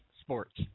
sports